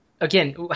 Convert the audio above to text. again